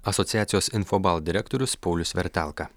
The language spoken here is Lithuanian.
asociacijos infobalt direktorius paulius vertelka